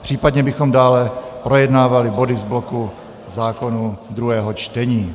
Případně bychom dále projednávali body z bloku zákonů druhého čtení.